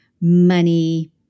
money